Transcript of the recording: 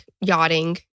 yachting